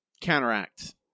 counteract